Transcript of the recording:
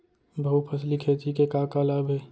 बहुफसली खेती के का का लाभ हे?